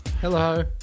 Hello